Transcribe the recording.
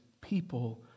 people